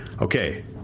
Okay